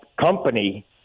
company